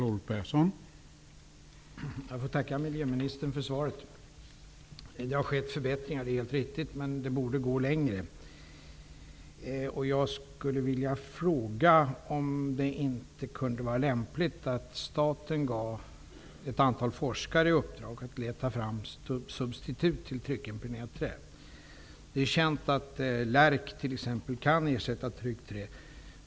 Herr talman! Jag tackar miljöministern för svaret. Det är helt riktigt att det har skett förbättringar, men vi borde gå längre. Kan det inte vara lämpligt att staten ger ett antal forskare i uppdrag att leta fram substitut till tryckimpregnerat trä? Det är känt att t.ex. lärk kan ersätta tryckt trä.